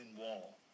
Wall